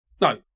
No